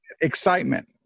Excitement